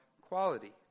quality